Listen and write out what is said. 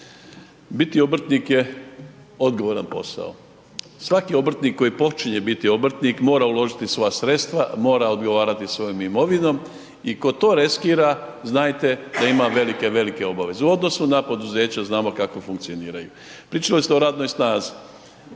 biti obrtnik je odgovoran posao, svaki obrtnik koji počinje biti obrtnik mora uložiti svoja sredstva, mora odgovarati svojom imovinom i tko to riskira znajte da ima velike, velike obaveze u odnosu na poduzeća znamo kao funkcioniraju. Pričali ste o radnoj snazi